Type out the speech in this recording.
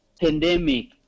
pandemic